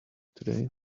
today